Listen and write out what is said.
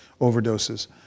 overdoses